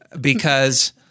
Because-